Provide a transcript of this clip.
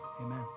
amen